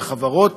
בחברות.